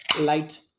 light